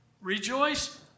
Rejoice